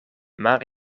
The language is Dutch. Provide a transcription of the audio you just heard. maar